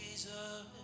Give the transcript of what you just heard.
Jesus